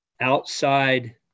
outside